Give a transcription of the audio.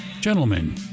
Gentlemen